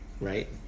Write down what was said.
Right